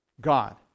God